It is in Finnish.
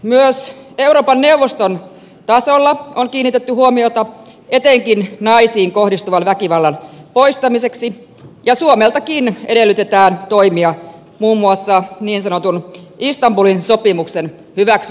myös euroopan neuvoston tasolla on kiinnitetty huomiota etenkin naisiin kohdistuvan väkivallan poistamiseen ja suomeltakin edellytetään toimia muun muassa niin sanotun istanbulin sopimuksen hyväksymiseksi